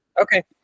Okay